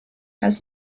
has